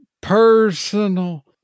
personal